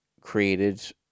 created